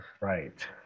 right